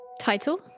Title